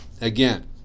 again